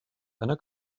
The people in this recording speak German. einer